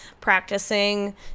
practicing